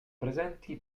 presenti